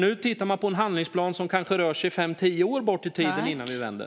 Nu tittar man ju på en handlingsplan som kanske rör sig fem eller tio år bort i tiden innan det vänder.